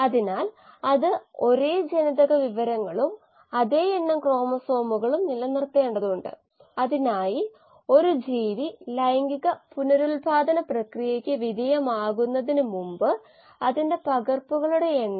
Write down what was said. അവിടെ ചില മോഡലുകൾ ഉണ്ടാകാംഅത് കൾച്ചറിൽ ഉള്ള കോശങ്ങളുടെ പ്രായത്തിന്റെ ഡിസ്ട്രിബൂഷൻ കണക്കിലെടുക്കുന്നു അവിടെ മുകളിലെ മോഡൽ r x അതുപോലെ mu x തുല്യമാണെന്നും അതുപ്പോലെ r x എന്നത് kx into 1 minus beta x എന്നാ ലോജിസ്റ്റിക് ഈക്വാഷൻ ആണ്